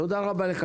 תודה רבה לך.